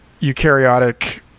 eukaryotic